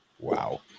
Wow